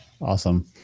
awesome